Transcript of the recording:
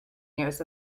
years